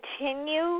continue